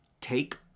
take